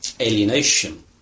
alienation